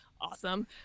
Awesome